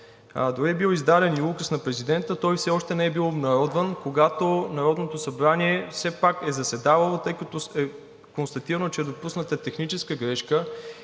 дори е бил издаден и указ на президента. Той все още не е бил обнародван, когато Народното събрание все пак е заседавало, тъй като е констатирано, че е допусната техническа грешка,